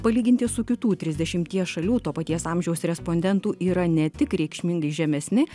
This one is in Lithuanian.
palyginti su kitų trisdešimies šalių to paties amžiaus respondentų yra ne tik reikšmingai žemesni